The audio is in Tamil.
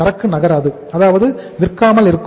சரக்கு நகராது அதாவது விற்காமல் இருக்கும்